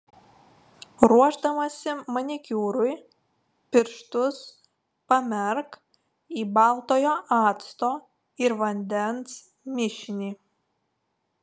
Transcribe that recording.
ruošdamasi manikiūrui pirštus pamerk į baltojo acto ir vandens mišinį